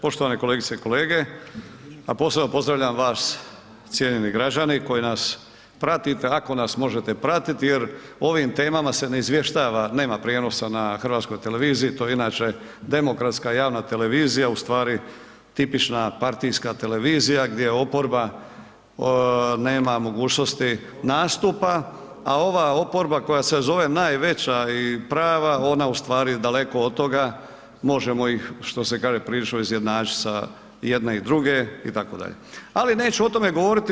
Poštovane kolegice i kolege, a posebno pozdravljam vas cijenjeni građani koji nas pratite, ako nas možete pratiti jer o ovim temama se ne izvještava nema prijenosa na HRT-u to je inače demokratska javna televizija u stvari tipična partijska televizija gdje oporba nema mogućnosti nastupa, a ova oporba koja se zove najveća i prava ona ustvari daleko od toga, možemo ih što se kaže prilično izjednačiti sa jedne i druge itd., ali neću o tome govoriti.